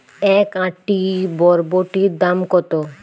এক আঁটি বরবটির দাম কত?